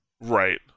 Right